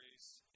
Grace